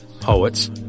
poets